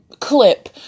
clip